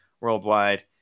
worldwide